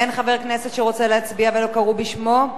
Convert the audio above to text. אין חבר כנסת שרוצה להצביע ולא קראו בשמו?